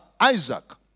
Isaac